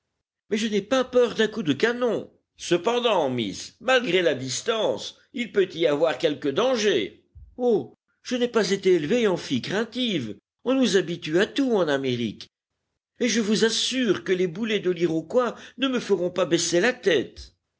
mais je n'ai pas peur d'un coup de canon cependant miss malgré la distance il peut y avoir quelque danger oh je n'ai pas été élevée en fille craintive on nous habitue à tout en amérique et je vous assure que les boulets de l'iroquois ne me feront pas baisser la tête